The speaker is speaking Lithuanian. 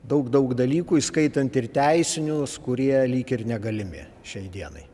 daug daug dalykų įskaitant ir teisinius kurie lyg ir negalimi šiai dienai